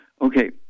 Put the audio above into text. Okay